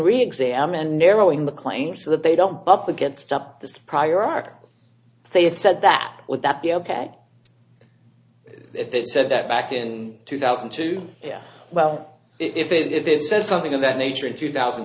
reexamined narrowing the claims so that they don't up against up the prior ark they had said that would that be ok if it said that back in two thousand and two yeah well if it is says something of that nature in two thousand